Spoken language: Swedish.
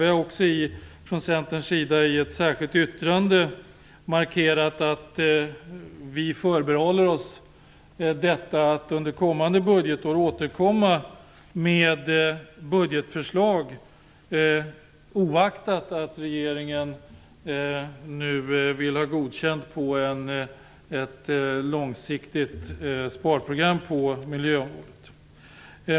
Vi har också från Centerns sida i ett särskilt yttrande markerat att vi förbehåller oss detta att under kommande budgetår återkomma med budgetförslag, oaktat att regeringen nu vill ha godkänt ett långsiktigt sparprogram på miljöområdet.